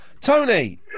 Tony